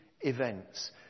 events